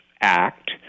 act